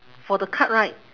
for the card right